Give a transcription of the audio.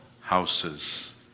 houses